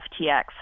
FTX